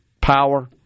power